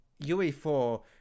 UE4